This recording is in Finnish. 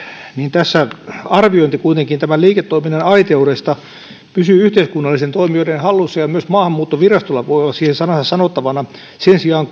tässä kuitenkin arviointi tämän liiketoiminnan aitoudesta pysyy yhteiskunnallisten toimijoiden hallussa ja myös maahanmuuttovirastolla voi olla siihen sanansa sanottavanaan sen sijaan